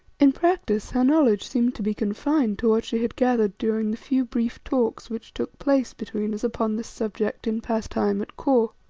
in practice her knowledge seemed to be confined to what she had gathered during the few brief talks which took place between us upon this subject in past time at kor.